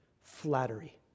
flattery